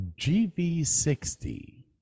GV60